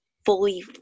fully